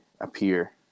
appear